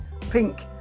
pink